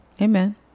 amen